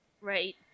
Right